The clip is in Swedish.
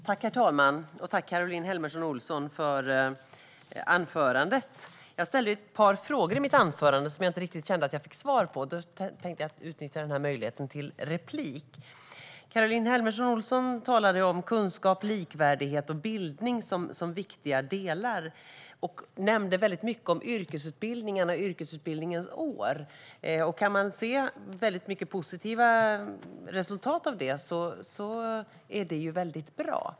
Herr talman! Tack, Caroline Helmersson Olsson, för anförandet! Jag ställde ett par frågor i mitt anförande som jag inte riktigt kände att jag fick svar på. Därför tänkte jag utnyttja möjligheten till replik. Caroline Helmersson Olsson talade om kunskap, likvärdighet och bildning som viktiga delar och nämnde väldigt mycket om yrkesutbildningen och yrkesutbildningens år. Kan man se positiva resultat av det är det ju väldigt bra.